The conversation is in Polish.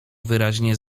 wyraźnie